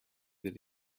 that